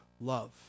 love